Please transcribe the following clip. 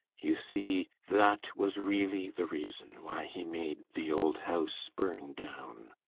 you see, that was really the reason why he made the old house burn down.